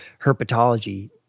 herpetology